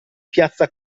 piazza